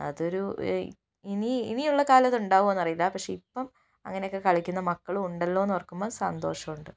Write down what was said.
അതൊരു ഇനി ഇനിയുള്ള കാലം അത് ഉണ്ടാകുവോ എന്നറിയില്ല പക്ഷേ ഇപ്പഴും അങ്ങനൊക്കെ കളിക്കുന്ന മക്കളും ഉണ്ടല്ലോ എന്നോർക്കുമ്പോൾ സന്തോഷമുണ്ട്